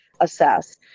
assess